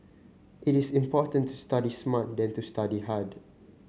it is important to study smart than to study hard